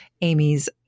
Amy's